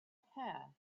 hare